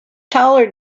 taller